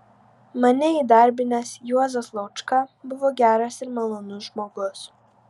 mane įdarbinęs juozas laučka buvo geras ir malonus žmogus